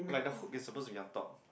like the hope is supposed to be on top